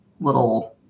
little